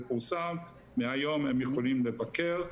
מהיום הם יכולים לבקר.